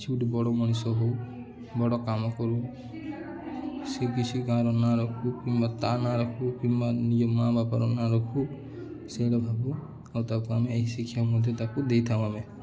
କିଛି ଗୋଟେ ବଡ଼ ମଣିଷ ହେଉ ବଡ଼ କାମ କରୁ ସେ କିଛି ଗାଁର ନା ରଖୁ କିମ୍ବା ତା ନା ରଖୁ କିମ୍ବା ନିଜ ମା ବାପାର ନା ରଖୁ ସେଇଟା ଭାବୁ ଆଉ ତାକୁ ଆମେ ଏହି ଶିକ୍ଷା ମଧ୍ୟ ତାକୁ ଦେଇଥାଉ ଆମେ